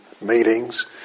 meetings